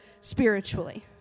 spiritually